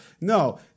no